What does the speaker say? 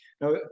Now